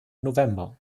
november